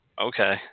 okay